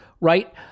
right